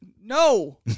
no